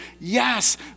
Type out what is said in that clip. Yes